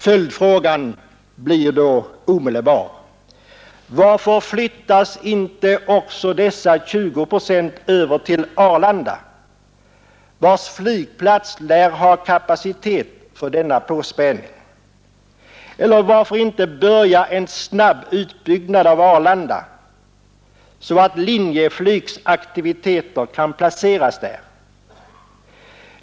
Följdfrågan blir då omedelbart : Varför flyttas inte också dessa 20 procent över till Arlanda, vars flygplats lär ha kapacitet för denna påspädning? Eller varför inte börja en snabb utbyggnad av Arlanda så att Linjeflygs aktiviteter kan placeras där?